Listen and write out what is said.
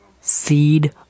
seed